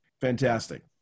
Fantastic